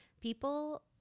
People